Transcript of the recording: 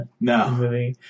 No